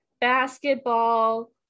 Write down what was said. basketball